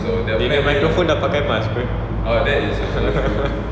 dia nya microphone dah pakai mask [pe]